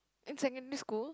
in secondary school